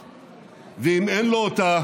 ואם אין לו אותה